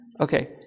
Okay